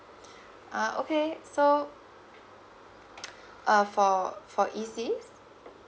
uh okay so uh for for E_C's